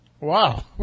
Wow